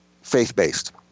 faith-based